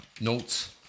notes